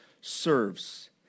serves